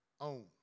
own